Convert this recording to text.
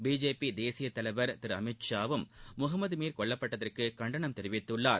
BJP தேசிய தலைவர் திரு அமித் ஷாவும் முகமது மீர் கொல்லப்பட்டதற்கு கண்டனம் தெரிவித்துள்ளார்